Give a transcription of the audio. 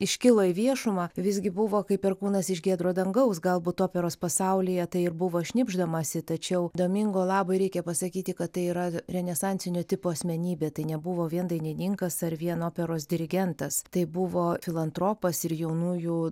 iškilo į viešumą visgi buvo kaip perkūnas iš giedro dangaus galbūt operos pasaulyje tai ir buvo šnibždamasi tačiau domingo labui reikia pasakyti kad tai yra renesansinio tipo asmenybė tai nebuvo vien dainininkas ar vien operos dirigentas tai buvo filantropas ir jaunųjų